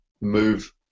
move